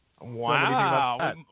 Wow